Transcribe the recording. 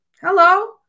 Hello